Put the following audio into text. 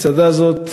הצעדה הזו,